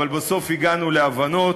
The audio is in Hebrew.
אבל בסוף הגענו להבנות,